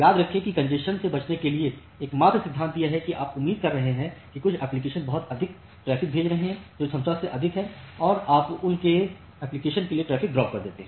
याद रखें कि कॅन्जेशन से बचने के लिए एकमात्र सिद्धांत यह है कि यदि आप उम्मीद कर रहे हैं कि कुछ एप्लिकेशन बहुत अधिक ट्रैफ़िक भेज रहे हैं जो क्षमता से अधिक है तो आप उन एप्लीकेशन के लिए ट्रैफ़िक ड्राप देते हैं